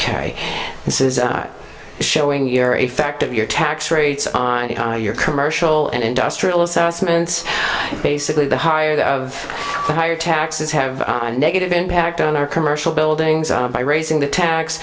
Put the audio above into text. ok this is showing your effect of your tax rates on your commercial and industrial assessments basically the higher the of the higher taxes have a negative impact on our commercial buildings are by raising the tax